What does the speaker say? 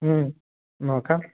മ്മ് നോക്കാം